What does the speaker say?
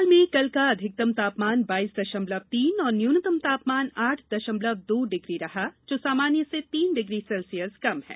भोपाल का अधिकतम तापमान बाइस दशमलव तीन और न्यूनतम तापमान आठ दशमलव दो डिग्री रहा जो सामान्य से तीन डिग्री सेल्सियस कम है